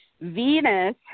Venus